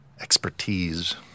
expertise